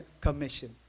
commission